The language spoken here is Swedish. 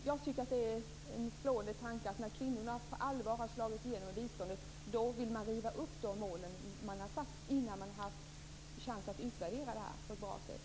Jag tycker att det är en slående tanke att när kvinnorna på allvar har slagit igenom inom biståndet vill man riva upp de mål man satt utan att man har haft någon chans att utvärdera dem på ett bra sätt.